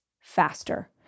faster